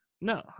No